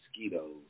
Mosquitoes